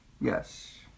Yes